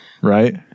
right